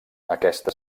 aquesta